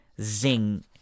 Zing